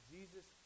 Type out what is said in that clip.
Jesus